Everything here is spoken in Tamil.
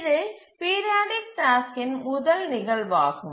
இது பீரியாடிக் டாஸ்க்கின் முதல் நிகழ்வாகும்